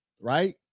right